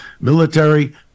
military